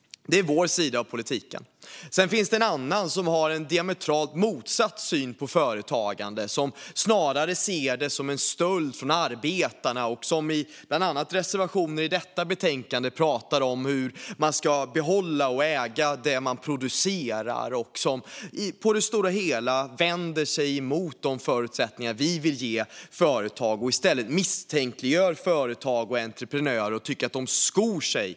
Det är vår sida av politiken. Det finns en annan sida som har en diametralt motsatt syn på företagande och snarare ser det som en stöld från arbetare och i bland annat reservationer i betänkandet pratar om hur människor ska behålla och äga det de producerar. På det stora hela vänder man sig mot de förutsättningar vi vill ge företag och misstänkliggör i stället företag och entreprenörer och tycker att de skor sig.